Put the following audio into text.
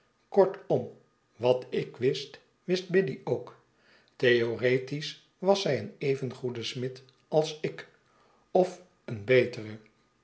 kortom wat ik wist wist biddy ook theoretisch was zy een even goede smid alsik of een betere